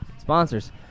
Sponsors